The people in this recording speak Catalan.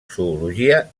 zoologia